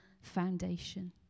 foundation